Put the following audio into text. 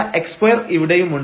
Δx2 ഇവിടെയുമുണ്ട്